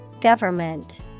Government